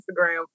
Instagram